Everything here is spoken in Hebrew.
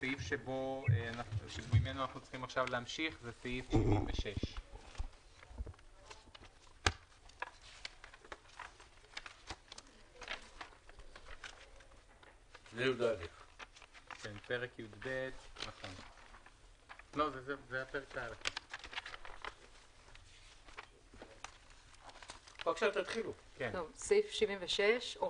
הסעיף ממנו להמשיך עכשיו הוא סעיף 76. 76.הוראת